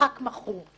המשחק מכור.